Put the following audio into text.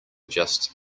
just